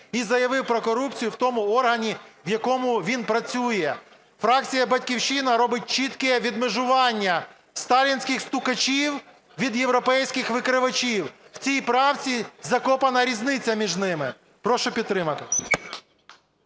і заявив про корупцію в тому органі, в якому він працює. Фракція "Батьківщина" робить чітке відмежування сталінських стукачів від європейських викривачів. В цій правці "закопана" різниця між ними. Прошу підтримати.